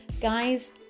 Guys